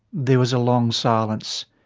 there was a long silence.